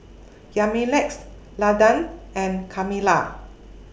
Yamilex Landan and Carmella